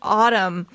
autumn